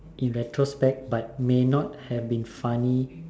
in retrospect but it may not have been funny